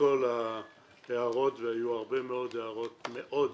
לכל ההערות, והיו הרבה מאוד הערות מאוד ענייניות,